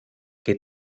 que